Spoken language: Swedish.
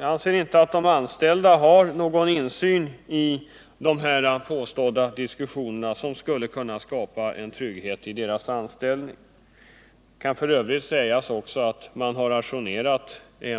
Jag anser inte att de anställda har någon insyn i de påstådda diskussionerna som skulle kunna skapa trygghet i deras anställning. Det kan f.ö. även sägas att